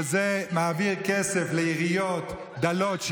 שמעביר כסף לעיריות דלות,